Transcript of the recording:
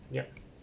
yup